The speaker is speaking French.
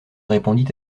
répondit